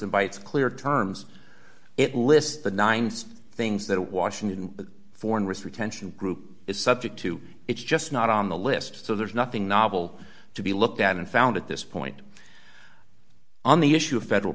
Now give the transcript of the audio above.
invites clear terms it lists the nine things that washington foreign risk retention group is subject to it's just not on the list so there's nothing novel to be looked at and found at this point on the issue of federal